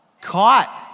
caught